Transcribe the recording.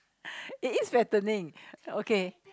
it is fattening okay